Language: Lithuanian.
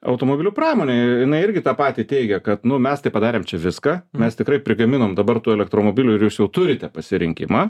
automobilių pramonė jinai irgi tą patį teigia kad nu mes tai padarėm čia viską mes tikrai prigaminom dabar tų elektromobilių ir jūs jau turite pasirinkimą